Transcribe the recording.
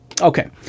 okay